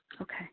Okay